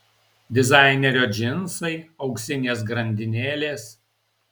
dizainerio džinsai auksinės grandinėlės